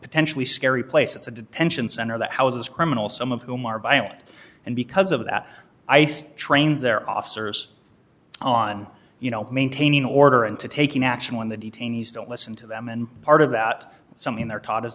potentially scary place it's a detention center that how is this criminal some of whom are violent and because of that ice trained their officers on you know maintaining order and to taking action when the detainees don't listen to them and part of that something they're taught